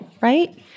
right